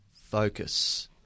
focus